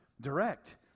direct